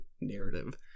narrative